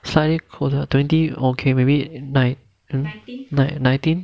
slightly colder twenty okay maybe nine~ nineteen